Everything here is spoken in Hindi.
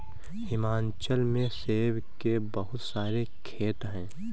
हिमाचल में सेब के बहुत सारे खेत हैं